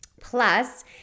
plus